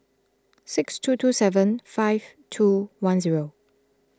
six two two seven five two one zero